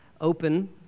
open